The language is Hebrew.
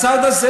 הצד הזה